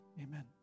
amen